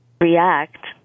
react